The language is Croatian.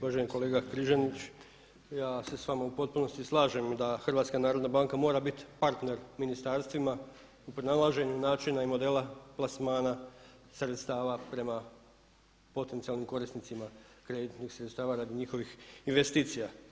Uvaženi kolega Križanić, ja se s vama u potpunosti slažem da HNB mora biti partner ministarstvima u pronalaženju načina i modela plasmana sredstava prema potencijalnim korisnicima kreditnih sredstava radi njihovih investicija.